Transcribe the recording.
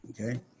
okay